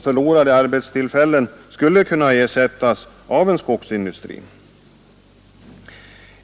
Förlorade arbetstillfällen skulle kunna ersättas av en skogsindustri.